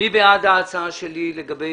מי בעד ההצעה שלי לגבי